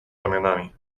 ramionami